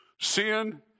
sin